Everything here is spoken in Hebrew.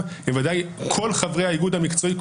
הם בוודאי כל חברי האיגוד המקצועי,